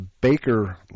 Baker